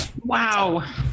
Wow